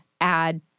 Add